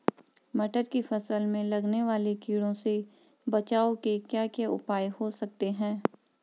मटर की फसल में लगने वाले कीड़ों से बचाव के क्या क्या उपाय हो सकते हैं?